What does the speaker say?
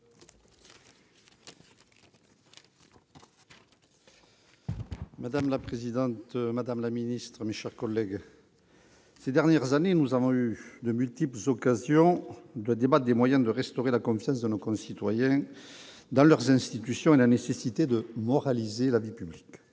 Madame la présidente, madame la secrétaire d'État, mes chers collègues, ces dernières années, nous avons eu de multiples occasions de débattre des moyens de restaurer la confiance de nos concitoyens dans leurs institutions et de la nécessité de « moraliser » la vie publique.